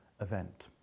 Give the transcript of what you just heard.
event